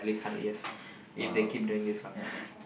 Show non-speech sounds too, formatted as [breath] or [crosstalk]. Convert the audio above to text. [breath] !wow! yeah